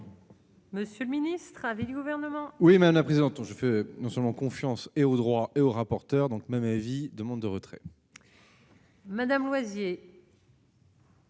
Monsieur le ministre avait du gouvernement. Oui mais présentons je fais non seulement confiance et au droit et aux rapporteurs donc ma vie demande de retrait. Madame Loisier.